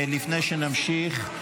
אני קובע כי הצעת חוק להסדרת אירוע הילולת